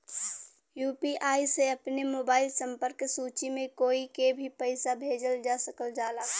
UPI से अपने mobile संपर्क सूची में कोई के भी पइसा भेजल जा सकल जाला